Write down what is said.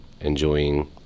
enjoying